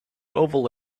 oval